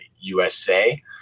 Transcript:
USA